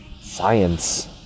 science